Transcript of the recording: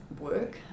work